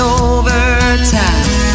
overtime